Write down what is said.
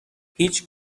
هیچ